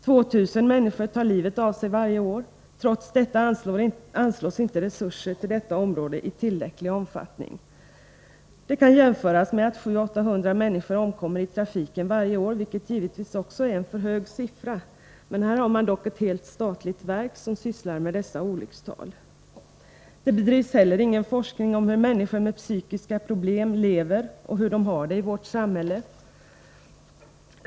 2 000 människor tar livet av sig varje år, trots detta anslås inte resurser till detta forskningsområde i tillräcklig omfattning. Detta kan jämföras med att 700-800 människor omkommer i trafiken varje år, vilket givetvis också är en alltför hög siffra, men man har dock ett helt statligt verk som sysslar med dessa olyckstal. Det bedrivs heller ingen forskning om hur människor med psykiska problem lever, och hur de har det i vårt samhälle.